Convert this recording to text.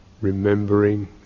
remembering